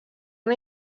una